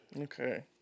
Okay